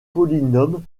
polynômes